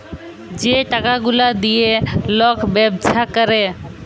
যে টাকা গুলা দিঁয়ে লক ব্যবছা ক্যরে